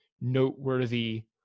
noteworthy